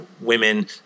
women